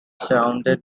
surrounded